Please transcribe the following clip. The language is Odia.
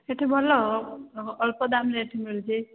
ସେଇଠି ଭଲ ଅଳ୍ପ ଦାମ୍ ରେଟ୍ ମିଳୁଛି